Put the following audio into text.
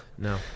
No